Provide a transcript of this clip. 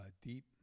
deep